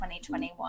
2021